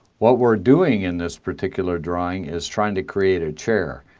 what we're doing in this particular drawing is trying to create a chair.